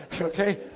okay